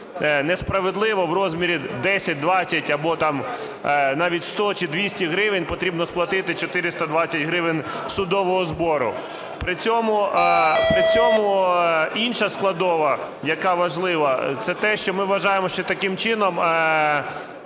несправедливо в розмірі 10, 20 або там навіть 100 чи 200 гривень, потрібно сплатити 420 гривень судового збору. При цьому інша складова, яка важлива – це те, що ми вважаємо, що таким чином